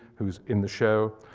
who's in the show.